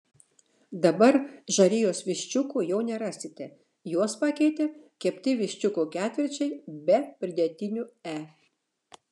dabar žarijos viščiukų jau nerasite juos pakeitė kepti viščiukų ketvirčiai be pridėtinių e